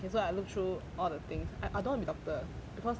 K so I look through all the things I I don't want to be doctor because